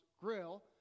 Grill